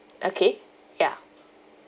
okay ya